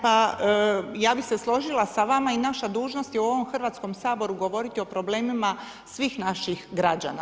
Pa ja bih se složila sa vama i naša dužnost je u ovom Hrvatskom saboru govoriti o problemima svih naših građana.